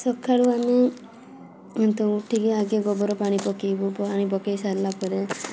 ସକାଳୁ ଆମେ ନିଦରୁ ଉଠିକି ଆଗେ ଗୋବର ପାଣି ପକାଇବୁ ପାଣି ପକାଇ ସାରିଲା ପରେ